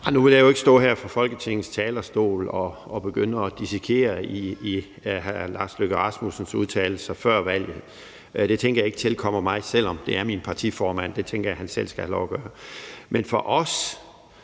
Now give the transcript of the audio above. Nu vil jeg jo ikke stå her fra Folketingets talerstol og begynde at dissekere hr. Lars Løkke Rasmussens udtalelser fra før valget. Det tænker jeg ikke tilkommer mig, selv om det er min partiformand. Det tænker jeg han selv skal have lov at gøre. Men for os